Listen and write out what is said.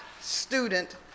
student